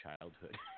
childhood